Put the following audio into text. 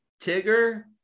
tigger